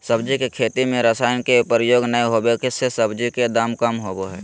सब्जी के खेती में रसायन के प्रयोग नै होबै से सब्जी के दाम कम होबो हइ